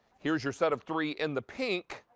here's your set of three in the pink.